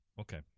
Okay